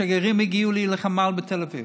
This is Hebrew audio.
השגרירים הגיעו לחמ"ל בתל אביב,